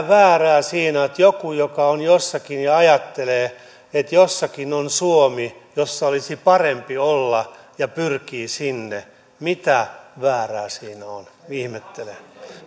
väärää siinä on että joku jossakin ajattelee että jossakin on suomi jossa olisi parempi olla ja pyrkii sinne mitä väärää siinä on ihmettelen